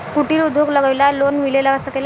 कुटिर उद्योग लगवेला लोन मिल सकेला?